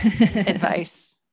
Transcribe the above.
advice